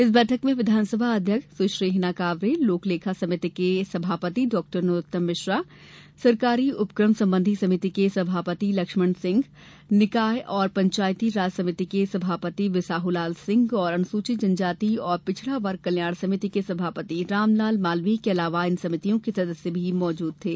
इस बैठक में विधानसभा उपाध्यक्ष सुश्री हिना कांवरे लोकलेखा के समिति के सभापति डॉ नरोत्तम मिश्रा सरकारी उपकम संबंधी समिति के सभापति लक्ष्मण सिंह स्थ्ज्ञानीय निकाय एवं पंचायती राज्य समिति के सभापति बिसाहूलाल सिंह और अनुसूचित जनजातीय व पिछड़ा वर्ग कल्याण समिति के सभापति रामलाल मालवीय के अलावा इन समितियों के सदस्य भी मौजूद थें